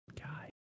guy